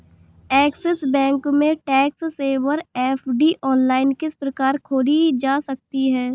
Axis Bank में tax saver FD online किस प्रकार खोली जा सकती है?